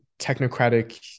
technocratic